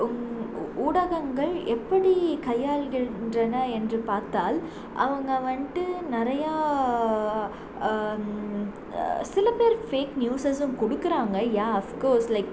உங் ஊடகங்கள் எப்படி கையாளுகின்றன என்று பார்த்தால் அவங்க வந்துட்டு நிறையா சில பேர் ஃபேக் நியூஸஸும் கொடுக்குறாங்க யா அஃப்கோர்ஸ் லைக்